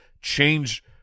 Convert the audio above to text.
change